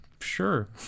sure